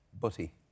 butty